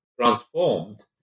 transformed